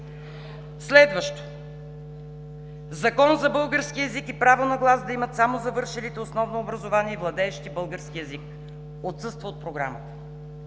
Следващо – Закон за български език и право на глас да имат само завършилите основно образование и владеещи български език. Отсъства от програмата.